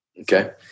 Okay